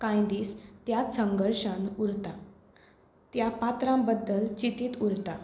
कांय दीस त्याच संघर्शान उरता त्या पात्रां बद्दल चितीत उरता